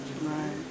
Right